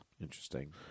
Interesting